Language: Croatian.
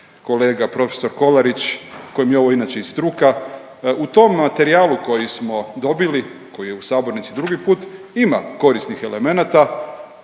kolega prof. Kolarić kojem je ovo inače i struka, u tom materijalu koji smo dobili, koji je u sabornici drugi put, ima korisnih elemenata,